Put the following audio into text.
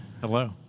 Hello